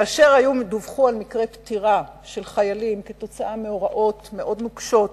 כאשר דווח על מקרי פטירה של חיילים עקב הוראות מאוד נוקשות